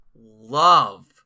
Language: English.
love